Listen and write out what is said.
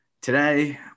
today